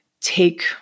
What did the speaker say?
take